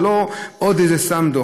זה לא עוד איזה סתם דוח.